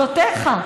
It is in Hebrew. מיכולותיך,